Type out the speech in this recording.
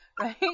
Right